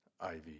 Ivy